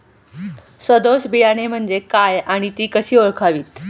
सदोष बियाणे म्हणजे काय आणि ती कशी ओळखावीत?